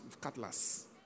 Cutlass